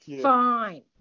Fine